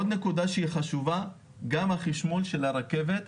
עוד נקודה חשובה, גם החישמול של הרכבת,